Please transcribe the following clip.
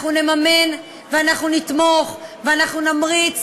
אנחנו נממן ואנחנו נתמוך ואנחנו נמריץ